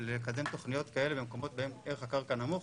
לקדם תוכניות כאלה במקומות שבהם ערך הקרקע נמוך,